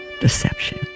deception